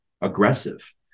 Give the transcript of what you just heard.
aggressive